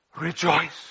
rejoice